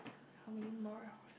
how many more I was